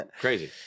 Crazy